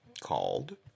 called